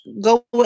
go